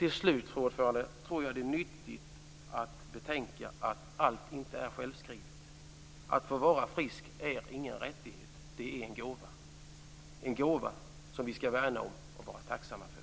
Till slut tror jag att det är nyttigt att betänka att allt inte är självskrivet. Att få vara frisk är ingen rättighet; det är en gåva - en gåva som vi skall värna om och vara tacksamma för.